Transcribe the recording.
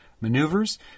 maneuvers